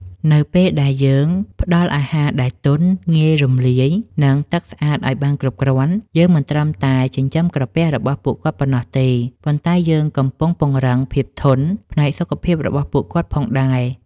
នៅពេលដែលយើងផ្តល់អាហារដែលទន់ ងាយរំលាយ និងទឹកស្អាតឱ្យបានគ្រប់គ្រាន់ យើងមិនត្រឹមតែចិញ្ចឹមក្រពះរបស់ពួកគាត់ប៉ុណ្ណោះទេ ប៉ុន្តែយើងកំពុងពង្រឹង ភាពធន់ ផ្នែកសុខភាពរបស់ពួកគាត់ផងដែរ។